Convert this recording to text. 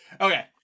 Okay